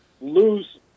lose